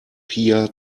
pia